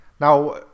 Now